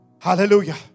Hallelujah